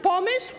Pomysł?